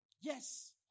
Yes